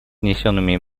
внесенными